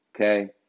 Okay